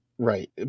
Right